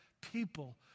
people